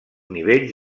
nivells